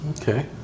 Okay